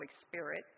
Spirit